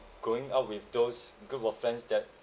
going out with those group of friends that